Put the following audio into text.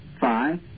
five